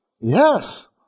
Yes